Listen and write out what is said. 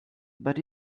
but